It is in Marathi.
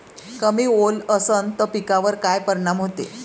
कमी ओल असनं त पिकावर काय परिनाम होते?